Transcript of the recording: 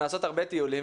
לעשות הרבה טיולים.